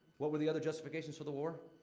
what were the other justifications for the war?